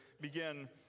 begin